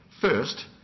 First